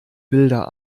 bilder